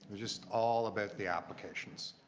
just all about the applications.